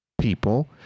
people